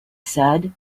said